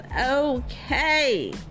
Okay